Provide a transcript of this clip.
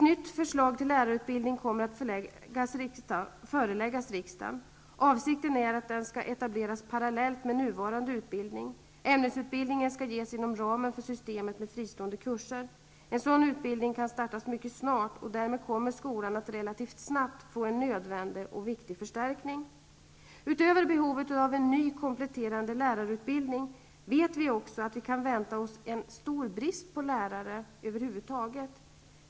Ett förslag om en ny lärarutbildning kommer att föreläggas riksdagen. Avsikten är att den skall etableras parallellt med nuvarande utbildning. Ämnesutbildningen skall ges inom ramen för systemet med fristående kurser. En sådan utbildning kan startas mycket snart, och därmed kommer skolan att relativt snabbt få en nödvändig och viktig förstärkning. Utöver behovet av en ny kompletterande lärarutbildning vet vi också att vi kan vänta oss en stor brist på lärare över huvud taget.